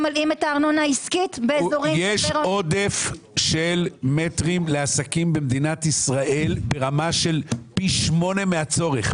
יש עודף של מטרים לעסקים במדינת ישראל ברמה של פי שמונה מהצורך.